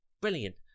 Brilliant